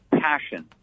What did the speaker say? passion